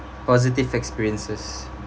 positive experiences